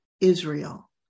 Israel